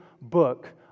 book